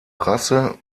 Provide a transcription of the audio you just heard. rasse